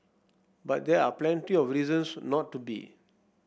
but there are plenty of reasons not to be